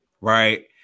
Right